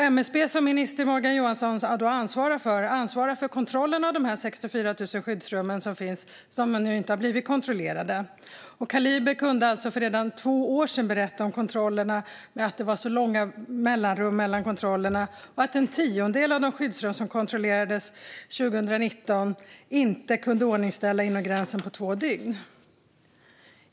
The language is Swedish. MSB, som minister Morgan Johansson ansvarar för, ansvarar för kontrollen av de 64 000 skyddsrum som finns, som nu inte har blivit kontrollerade. Kaliber kunde alltså redan för två år sedan berätta om att det var långa mellanrum mellan kontrollerna och att en tiondel av de skyddsrum som kontrollerades 2019 inte kunde iordningsställas inom gränsen på två dygn.